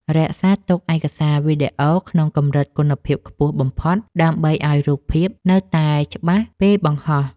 រក្សាទុកឯកសារវីដេអូក្នុងកម្រិតគុណភាពខ្ពស់បំផុតដើម្បីឱ្យរូបភាពនៅតែច្បាស់ពេលបង្ហោះ។